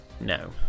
no